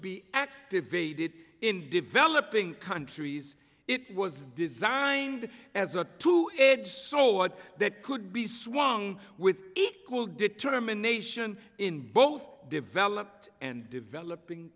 activated in developing countries it was designed as a two edge sword that could be swung with equal determination in both developed and developing